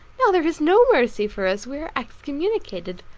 now there is no mercy for us, we are excommunicated,